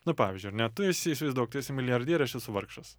nu pavyzdžiui ar ne tu esi įsivaizduok tu esi milijardierė aš esu vargšas